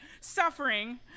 suffering